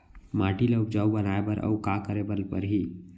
माटी ल उपजाऊ बनाए बर अऊ का करे बर परही?